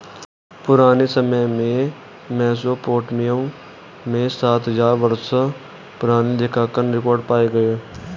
पुराने समय में मेसोपोटामिया में सात हजार वर्षों पुराने लेखांकन रिकॉर्ड पाए गए हैं